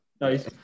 nice